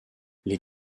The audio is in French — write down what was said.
les